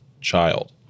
child